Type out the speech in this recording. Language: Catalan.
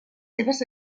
seves